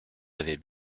avez